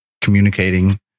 communicating